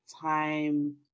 time